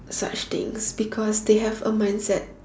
such things because they have a mindset